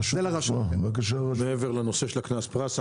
מעבר לנושא של קנס-פרס,